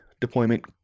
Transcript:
deployment